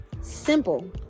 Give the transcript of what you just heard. simple